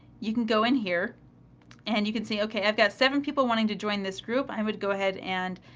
you can go in here and you can see. okay, i've got seven people wanting to join this group, i would go ahead and